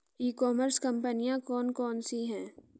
ई commerce कंपनियाँ कौन कौन सी हैं?